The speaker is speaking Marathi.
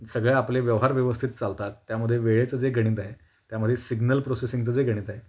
सगळे आपले व्यवहार व्यवस्थित चालतात त्यामध्ये वेळेचं जे गणित आहे त्यामध्ये सिग्नल प्रोसेसिंगचं जे गणित आहे